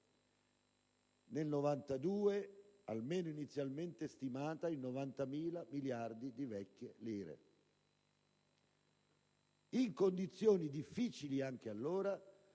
nel 1992, almeno inizialmente stimata in 90.000 miliardi di vecchie lire,